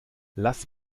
lass